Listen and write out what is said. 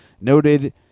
noted